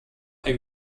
ein